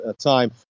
time